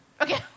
Okay